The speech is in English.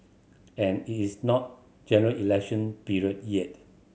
and it is not General Election period yet